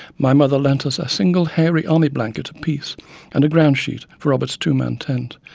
my mother lent us a single, hairy, army blanket apiece and a groundsheet for robert's two man tent.